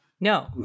no